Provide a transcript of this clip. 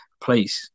please